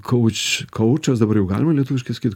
kouč koučas dabar jau galima lietuviškai sakyt